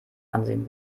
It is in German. ansehen